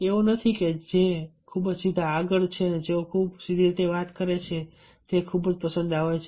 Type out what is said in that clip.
એવું નથી કે જેઓ ખૂબ સીધા આગળ છે અને જેઓ ખૂબ જ સીધી રીતે વાત કરે છે તેઓ ખૂબ જ પસંદ આવશે